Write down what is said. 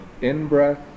in-breath